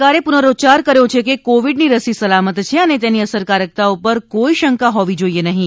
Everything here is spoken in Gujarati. સરકારે પુનરૂચ્યાર કર્યો છે કે કોવિડની રસી સલામત છે અને તેની અસરકારકતા પર કોઈ શંકા હોવી જોઈએ નહીં